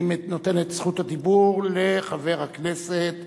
אני נותן את זכות הדיבור לחבר הכנסת